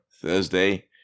Thursday